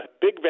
big